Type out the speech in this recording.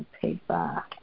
paper